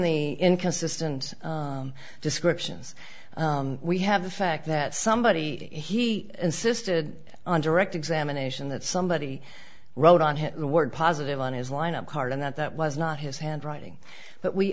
the inconsistent descriptions we have the fact that somebody he insisted on direct examination that somebody wrote on his word positive on his lineup card and that that was not his handwriting but we